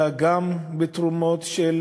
ירידה בתרומות של